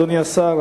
אדוני השר,